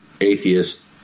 atheist